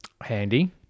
Handy